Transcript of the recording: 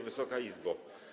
Wysoka Izbo!